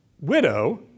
widow